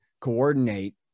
coordinate